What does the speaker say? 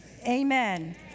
amen